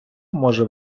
може